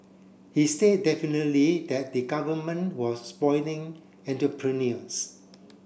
he say definitely that the Government was spoiling entrepreneurs